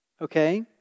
Okay